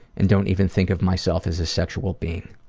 and don't even think of myself as a sexual being.